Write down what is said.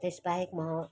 त्यस बाहेक म